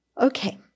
Okay